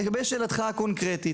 לשאלתך הקונקרטית